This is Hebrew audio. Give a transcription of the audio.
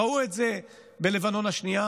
ראו את זה בלבנון השנייה,